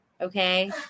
okay